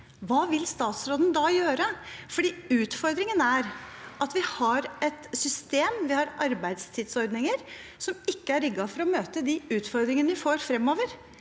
hva vil statsråden da gjøre? Utfordringen er at vi har et system og arbeidstidsordninger som ikke er rigget for å møte de utfordringene vi får fremover.